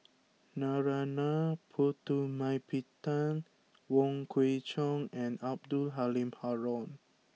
Narana Putumaippittan Wong Kwei Cheong and Abdul Halim Haron